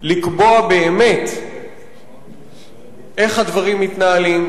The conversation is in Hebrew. לקבוע באמת איך הדברים מתנהלים,